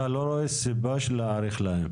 אתה לא רואה סיבה להאריך להם.